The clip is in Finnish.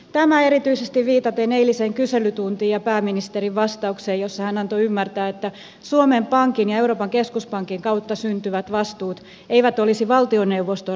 tämä erityisesti viitaten eiliseen kyselytuntiin ja pääministerin vastaukseen jossa hän antoi ymmärtää että suomen pankin ja euroopan keskuspankin kautta syntyvät vastuut eivät olisi valtioneuvoston raportoinnin piirissä